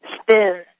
spin